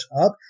up